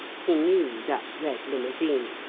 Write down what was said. he knew that red limousine,